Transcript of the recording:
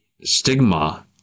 stigma